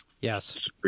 Yes